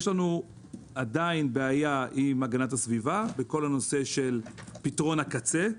יש לנו עדיין בעיה עם הגנת הסביבה בכל הנושא של פתרון הקצה.